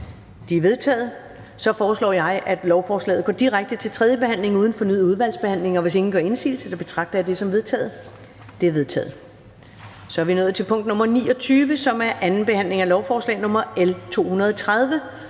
De er vedtaget. Jeg foreslår, at lovforslaget går direkte til tredje behandling uden fornyet udvalgsbehandling. Og hvis ingen gør indsigelse, betragter jeg det som vedtaget. Det er vedtaget. --- Det næste punkt på dagsordenen er: 29) 2. behandling af lovforslag nr. L 230: